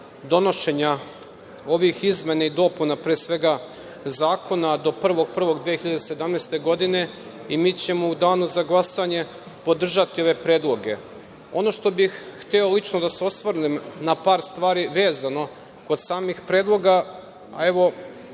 donošenja ovih izmena i dopuna, pre svega, zakona do 1. januara 2017. godine i mi ćemo u Danu za glasanje podržati ove predloge. Ono što bih hteo lično da se osvrnem na par stvari vezano kod samih predloga, a evo